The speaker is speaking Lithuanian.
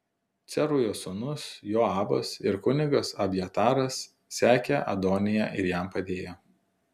cerujos sūnus joabas ir kunigas abjataras sekė adoniją ir jam padėjo